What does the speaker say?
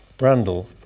Randall